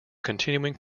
continuing